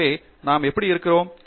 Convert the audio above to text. எனவே நாம் எப்படி இருக்கிறோம்